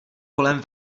kolem